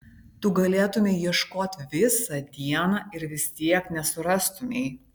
tu galėtumei ieškot visą dieną ir vis tiek nesurastumei